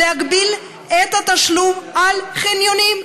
להגביל את התשלום על חניונים.